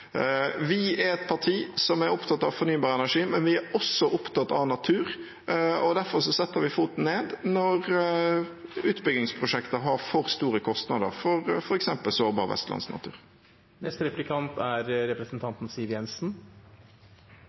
Vi er et parti som er opptatt av fornybar energi, men vi er også opptatt av natur, derfor setter vi foten ned når utbyggingsprosjekter har for store kostnader, f.eks. for sårbar vestlandsnatur.